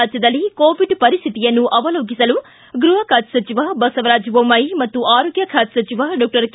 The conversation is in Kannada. ರಾಜ್ಠದಲ್ಲಿ ಕೋವಿಡ್ ಪರಿಶ್ಠಿತಿಯನ್ನು ಅವಲೋಕಿಸಲು ಗೃಪ ಖಾತೆ ಸಚಿವ ಬಸವರಾಜ ಬೊಮ್ಮಾಯಿ ಮತ್ತು ಆರೋಗ್ಯ ಖಾತೆ ಸಚಿವ ಡಾಕ್ಟರ್ ಕೆ